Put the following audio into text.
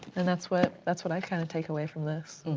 and that's what that's what i kind of take away from this.